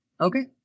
Okay